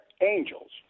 angels